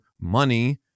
money